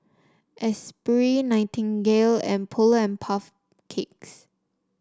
Esprit Nightingale and Polar and Puff Cakes